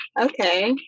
okay